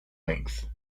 length